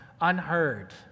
unheard